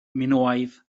minoaidd